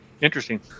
interesting